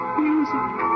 music